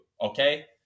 okay